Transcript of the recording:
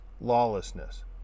lawlessness